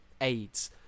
aids